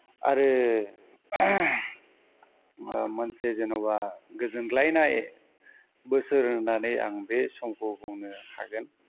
आरो मोनसे जेनेबा गोजोनग्लायनाय बोसोर होननानै आं बे समखौ बुंनो हागोन